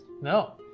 No